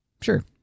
Sure